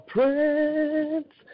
Prince